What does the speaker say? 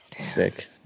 Sick